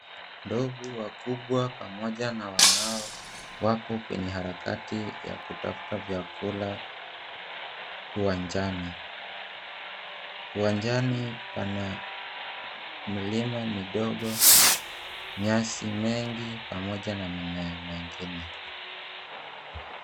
Ndovu wakubwa pamoja na wanao wapo kwenye harakati ya kutafuta vyakula uwanjani. Uwanjani pana milima midogo, nyasi mingi pamoja na mimea mingine.